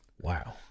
Wow